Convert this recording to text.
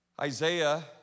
Isaiah